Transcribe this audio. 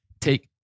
take